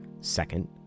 Second